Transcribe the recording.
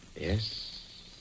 Yes